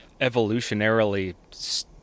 evolutionarily